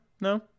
no